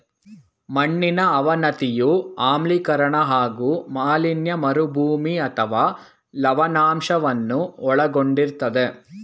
ಮಣ್ಣಿನ ಅವನತಿಯು ಆಮ್ಲೀಕರಣ ಹಾಗೂ ಮಾಲಿನ್ಯ ಮರುಭೂಮಿ ಅಥವಾ ಲವಣಾಂಶವನ್ನು ಒಳಗೊಂಡಿರ್ತದೆ